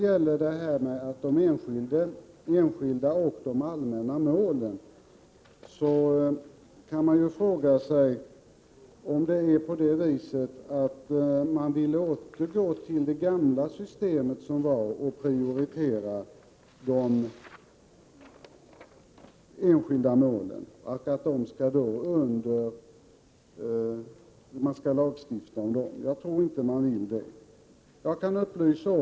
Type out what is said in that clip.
Beträffande de enskilda och allmänna målen är ju frågan om man vill återgå till det tidigare systemet, prioritera de enskilda målen och lagstifta om dessa. Jag tror dock inte att man vill det.